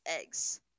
eggs